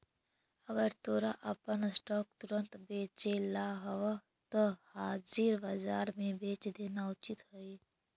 अगर तोरा अपन स्टॉक्स तुरंत बेचेला हवऽ त हाजिर बाजार में बेच देना उचित हइ